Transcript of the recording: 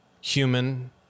human